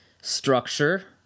structure